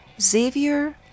Xavier